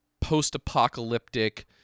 post-apocalyptic